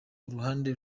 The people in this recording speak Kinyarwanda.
uruhande